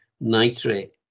nitrate